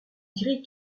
dirait